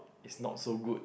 is not so good